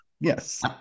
yes